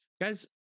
guys